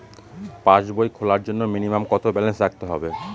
পাসবই খোলার জন্য মিনিমাম কত ব্যালেন্স রাখতে হবে?